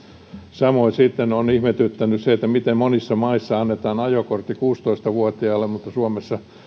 samoin sitten on ihmetyttänyt se miten monissa maissa annetaan ajokortti kuusitoista vuotiaalle mutta suomessa